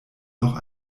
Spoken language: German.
noch